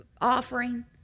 offering